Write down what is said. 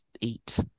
eat